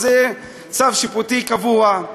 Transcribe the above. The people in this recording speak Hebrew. אז זה צו שיפוטי קבוע.